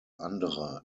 andere